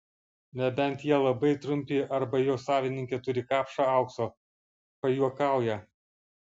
nebent jie labai trumpi arba jo savininkė turi kapšą aukso pajuokauja